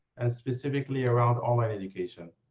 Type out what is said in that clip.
and specifically around online education.